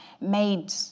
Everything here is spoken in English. made